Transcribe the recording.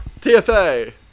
TFA